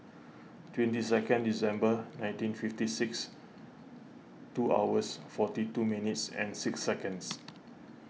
twenty second December nineteen fifty six two hours forty two minutes and six seconds